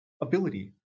ability